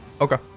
Okay